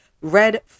red